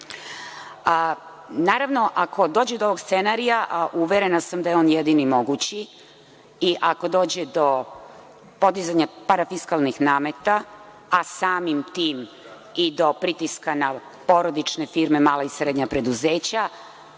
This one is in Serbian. ako dođe do ovog scenarija, a uverena sam da je on jedini mogući i ako dođe do podizanja parafiskalnih nameta, a samim tim i do pritiska na porodične firme, mala i srednja preduzeća,